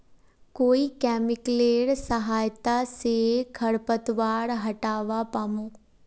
कोइ केमिकलेर सहायता से खरपतवार हटावा पामु